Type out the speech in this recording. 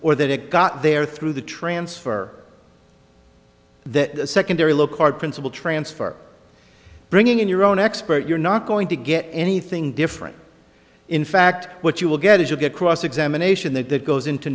or that it got there through the transfer that secondary low card principle transfer bringing in your own expert you're not going to get anything different in fact what you will get is a good cross examination that that goes into